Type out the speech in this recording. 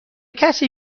کسی